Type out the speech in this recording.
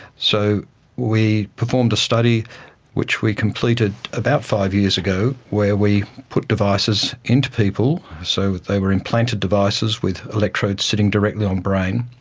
so we performed a study which we completed about five years ago where we put devices into people, so they were implanted devices with electrodes sitting directly on the brain,